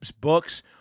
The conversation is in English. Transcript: books